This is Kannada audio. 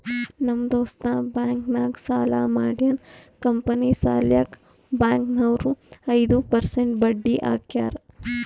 ನಮ್ ದೋಸ್ತ ಬ್ಯಾಂಕ್ ನಾಗ್ ಸಾಲ ಮಾಡ್ಯಾನ್ ಕಂಪನಿ ಸಲ್ಯಾಕ್ ಬ್ಯಾಂಕ್ ನವ್ರು ಐದು ಪರ್ಸೆಂಟ್ ಬಡ್ಡಿ ಹಾಕ್ಯಾರ್